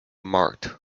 marked